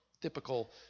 typical